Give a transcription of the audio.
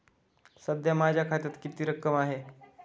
सध्या माझ्या खात्यात किती रक्कम आहे?